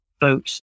boats